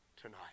tonight